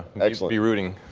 he'll be rooting.